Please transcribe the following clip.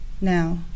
now